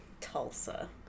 Tulsa